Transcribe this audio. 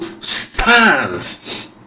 stands